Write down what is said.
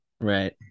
Right